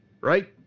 Right